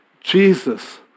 Jesus